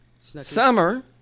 Summer